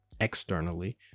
externally